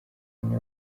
niwe